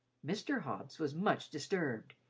mr. hobbs was much disturbed.